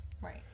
Right